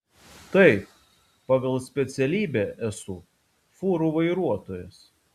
taip pagal specialybę esu fūrų vairuotojas